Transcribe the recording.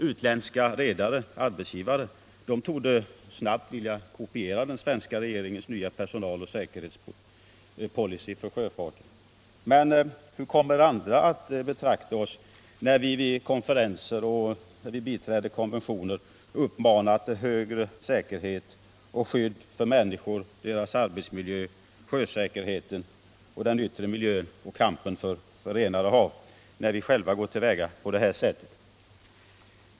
Utländska redare-arbetsgivare torde snabbt vilja kopiera den svenska regeringens nya personaloch säkerhetspolicy för sjöfarten. Men hur kommer andra att betrakta oss vid konferenser och när vi biträder konventioner som uppmanar till högre säkerhet och skydd för människor, deras arbetsmiljö, sjösäkerheten och den yttre miljön i kampen för renare hav, när vi själva går till väga på det här sättet?